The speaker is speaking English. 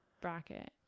bracket